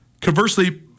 conversely